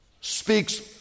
speaks